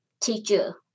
teacher